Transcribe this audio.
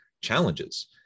challenges